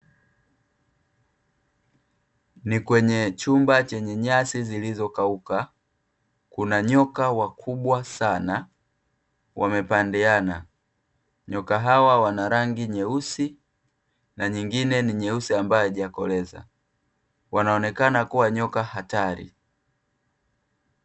Ni kwenye chumba chenye nyasi zilizokauka, kuna nyoka wakubwa sana, wamepandiana. Nyoka hawa wana rangi nyeusi na nyingine ni nyeusi ambayo haijakoleza. Wanaonekana kuwa nyoka hatari.